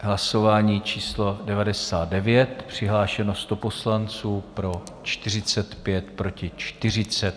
Hlasování číslo 99, přihlášeno 100 poslanců, pro 45, proti 40.